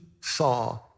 saw